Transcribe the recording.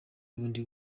bundi